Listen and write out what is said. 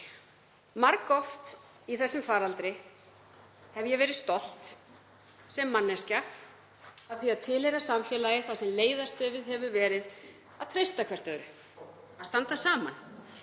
Margoft í þessum faraldri hef ég verið stolt sem manneskja af því að tilheyra samfélagi þar sem leiðarstefið hefur verið að treysta hvert öðru og standa saman.